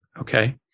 okay